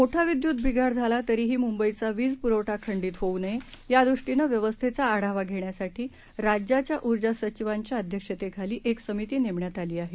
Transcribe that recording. मोठा विद्युत बिघाड झाला तरीही मुंबईचावीजपुरवठा खंडीत होऊ नयेया दृष्टीनं व्यवस्थेचाआढावाघेण्यासाठीराज्याच्या उर्जा सचिवांच्या अध्यक्षतेखालीएकसमितीनेमण्यातआलीआहे